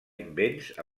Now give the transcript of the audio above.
invents